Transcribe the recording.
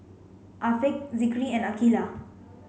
Afiq Zikri and Aqilah